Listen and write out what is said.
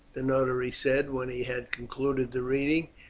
the notary said, when he had concluded the reading.